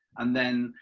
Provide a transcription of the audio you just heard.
and then,